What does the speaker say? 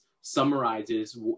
summarizes